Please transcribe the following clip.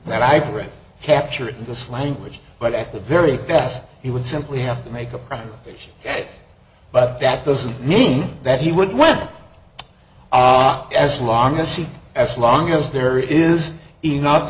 that i've read captured this language but at the very best he would simply have to make a profit but that doesn't mean that he would win as long as he as long as there is enough